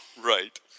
Right